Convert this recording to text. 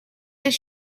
this